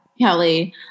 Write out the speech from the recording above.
Kelly